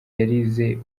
yarize